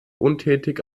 untätig